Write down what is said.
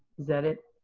that it?